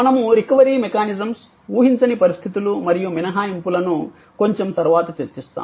మనము recovery mechanisms ఊహించని పరిస్థితులు మరియు మినహాయింపులను కొంచెం తరువాత చర్చిస్తాము